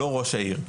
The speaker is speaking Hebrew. לא ראש העיר,